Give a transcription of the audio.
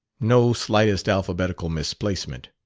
no slightest alphabetical misplacement.